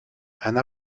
anna